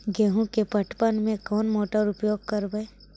गेंहू के पटवन में कौन मोटर उपयोग करवय?